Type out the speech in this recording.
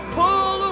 pull